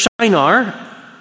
Shinar